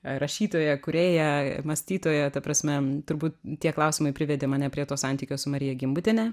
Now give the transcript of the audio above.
rašytoja kūrėja mąstytoja ta prasme turbūt tie klausimai privedė mane prie to santykio su marija gimbutiene